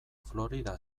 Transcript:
florida